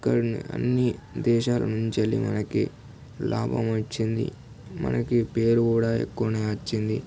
ఎక్కడ అన్ని దేశాల నుంచి వెళ్లి మనకి లాభం వచ్చింది మనకి పేరు కూడా ఎక్కువనే వచ్చింది